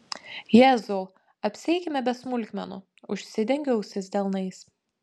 jėzau apsieikime be smulkmenų užsidengiu ausis delnais